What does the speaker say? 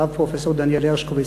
הרב פרופסור דניאל הרשקוביץ,